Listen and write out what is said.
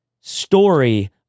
story